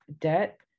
debt